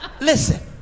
Listen